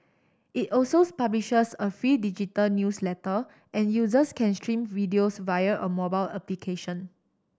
it also publishes a free digital newsletter and users can stream videos via a mobile application